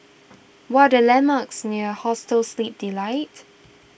what are the landmarks near Hostel Sleep Delight